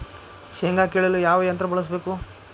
ಶೇಂಗಾ ಕೇಳಲು ಯಾವ ಯಂತ್ರ ಬಳಸಬೇಕು?